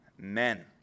Amen